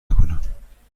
نکنم